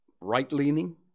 right-leaning